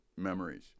memories